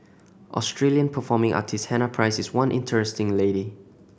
Australian performing artist Hannah Price is one interesting lady